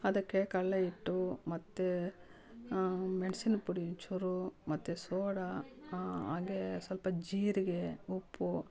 ಅದಕ್ಕೆ ಕಡಲೆ ಹಿಟ್ಟು ಮತ್ತು ಮೆಣ್ಸಿನ ಪುಡಿ ಚೂರು ಮತ್ತು ಸೋಡ ಹಾಗೆ ಸ್ವಲ್ಪ ಜೀರಿಗೆ ಉಪ್ಪು